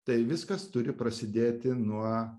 tai viskas turi prasidėti nuo